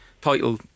title